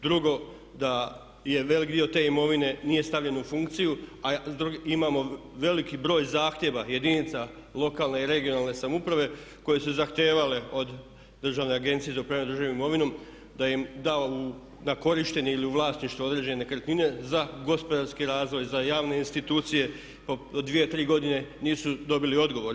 Drugo, da je velik dio te imovine nije stavljen u funkciju, a imamo veliki broj zahtjeva jedinica lokalne i regionalne samouprave koje su zahtijevale od Državne agencije za upravljanje državnom imovinom da im da na korištenje ili u vlasništvo određene nekretnine za gospodarski razvoj, za javne institucije pa po dvije, tri godine nisu dobili odgovor.